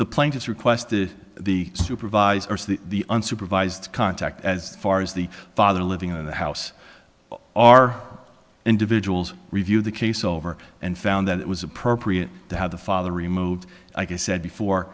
plaintiff requested the supervisors the unsupervised contact as far as the father living in the house are individuals reviewed the case over and found that it was appropriate to have the father removed i said before